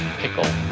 pickle